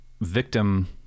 victim